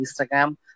Instagram